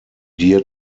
dear